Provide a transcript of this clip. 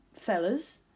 fellas